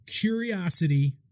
curiosity